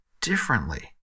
differently